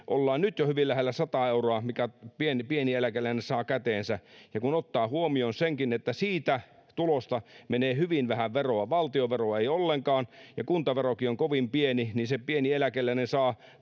ollaan nyt jo hyvin lähellä sataa euroa minkä pieni eläkeläinen saa käteensä kun ottaa huomioon senkin että siitä tulosta menee hyvin vähän veroa valtionveroa ei ollenkaan ja kuntaverokin on kovin pieni niin se pieni eläkeläinen saa